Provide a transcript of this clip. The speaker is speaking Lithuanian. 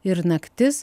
ir naktis